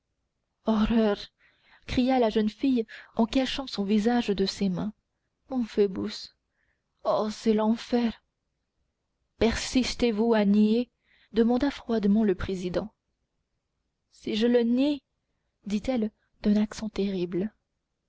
horreur cria la jeune fille en cachant son visage de ses mains mon phoebus oh c'est l'enfer persistez vous à nier demanda froidement le président si je le nie dit-elle d'un accent terrible